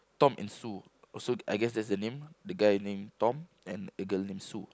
Tom and Sue also I guess that's the name the guy name Tom and a girl name Sue